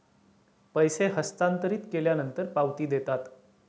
पैसे हस्तांतरित केल्यानंतर पावती देतात